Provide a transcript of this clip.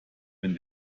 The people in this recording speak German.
wenn